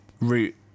Root